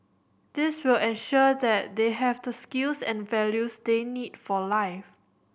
this will ensure that they have the skills and values they need for life